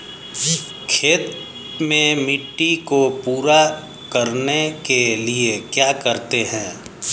खेत में मिट्टी को पूरा करने के लिए क्या करते हैं?